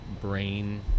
brain